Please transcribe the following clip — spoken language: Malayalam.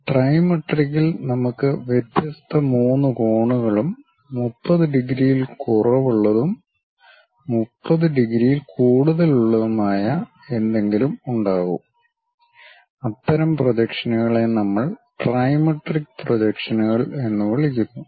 ട്രൈമെട്രിക്കിൽ നമുക്ക് വ്യത്യസ്ത മൂന്ന് കോണുകളും 30 ഡിഗ്രിയിൽ കുറവുള്ളതും 30 ഡിഗ്രിയിൽ കൂടുതലുള്ളതുമായ എന്തെങ്കിലും ഉണ്ടാകും അത്തരം പ്രൊജക്ഷനുകളെ നമ്മൾ ട്രൈമെട്രിക് പ്രൊജക്ഷനുകൾ എന്ന് വിളിക്കുന്നു